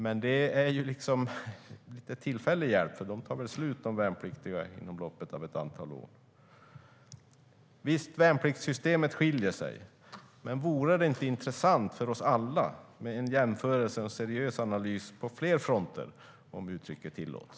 Men det är ju en lite tillfällig hjälp, för de värnpliktiga tar väl slut inom loppet av ett antal år. Visst, värnpliktssystemet skiljer sig åt, men vore det inte intressant för oss alla med en jämförelse och seriös analys på fler fronter, om uttrycket tillåts?